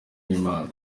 n’imana